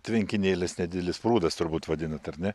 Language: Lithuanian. tvenkinėlis nedidelis prūdas turbūt vadinat ar ne